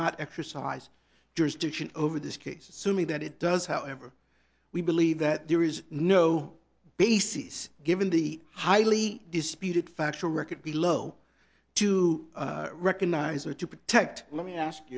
jurisdiction over this case assuming that it does however we believe that there is no basis given the highly disputed factual record below to recognize or to protect let me ask